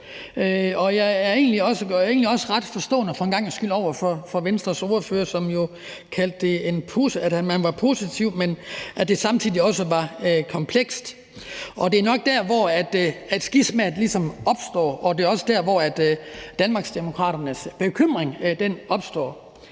Jeg har egentlig også for en gangs skyld ret stor forståelse for det, som Venstres ordfører sagde, om, at man var positiv, men at det samtidig også var komplekst. Det er nok der, hvor skismaet ligesom opstår, og det er også der, hvor Danmarksdemokraternes bekymring opstår.